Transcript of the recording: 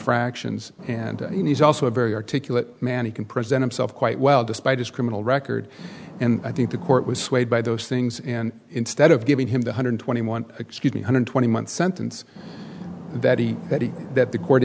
fractions and he's also a very articulate man he can present himself quite well despite his criminal record and i think the court was swayed by those things and instead of giving him the hundred twenty one excuse me hundred twenty month sentence that he that he that the court